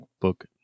book